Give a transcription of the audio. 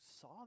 saw